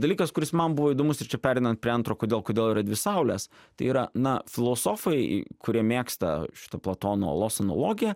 dalykas kuris man buvo įdomus ir čia pereinant prie antro kodėl kodėl yra dvi saulės tai yra na filosofai kurie mėgsta šitą platono olos analogiją